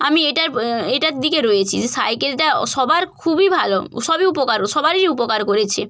আমি এটার এটার দিকে রয়েছি যে সাইকেলটাও সবার খুবই ভালো সবই উপকার সবারই উপকার করেছে